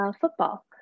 football